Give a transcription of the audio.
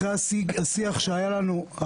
אחרי השיח שהיה לנו,